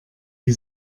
die